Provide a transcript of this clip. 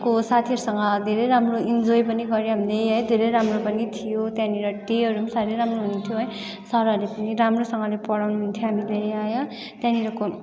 को साथीहरूसँग धेरै राम्रो इन्जोय पनि गऱ्यो हामीले है धेरै राम्रो पनि थियो त्यहाँनिर टीएहरू पनि साह्रै राम्रो हुनुहुन्थ्यो सरहरूले पनि राम्रोसँगले पढ़ाउनु हुन्थ्यो हामीले है त्यहाँनिरको